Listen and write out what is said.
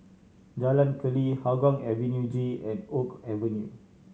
Jalan Keli Hougang Avenue G and Oak Avenue